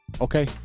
okay